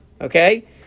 Okay